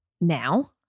now